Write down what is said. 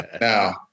Now